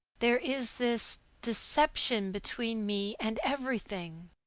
there is this deception between me and everything.